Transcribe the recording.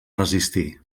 resistir